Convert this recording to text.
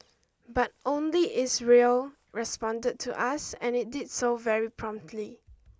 but only Israel responded to us and it did so very promptly